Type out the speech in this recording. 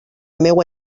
meua